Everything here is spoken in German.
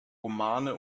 romane